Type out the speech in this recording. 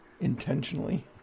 intentionally